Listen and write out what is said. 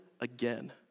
again